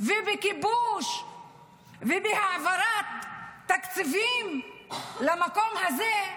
ובכיבוש ובהעברת תקציבים למקום הזה,